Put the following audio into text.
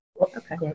Okay